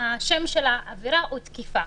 השם של העבירה הוא תקיפה.